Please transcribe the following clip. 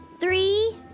Three